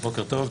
בוקר טוב,